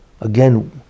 again